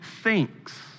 thinks